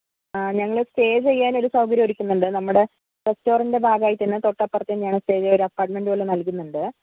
ആ ഞങ്ങൾ സ്റ്റേ ചെയ്യാനൊരു സൗകര്യം ഒരുക്കുന്നുണ്ട് നമ്മുടെ റെസ്റ്റോറന്റിന്റെ ഭാഗമായിട്ട് തന്നെ തൊട്ട് അപ്പുറത്ത് തന്നെയാണ് സ്റ്റേ ഒരു അപാർട്മെന്റ് പോലെ നൽകുന്നുണ്ട്